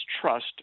trust